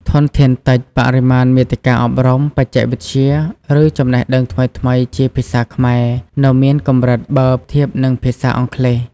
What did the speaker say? ធនធានតិច បរិមាណមាតិកាអប់រំ បច្ចេកវិទ្យា ឬចំណេះដឹងថ្មីៗជាភាសាខ្មែរនៅមានកម្រិតបើធៀបនឹងភាសាអង់គ្លេស។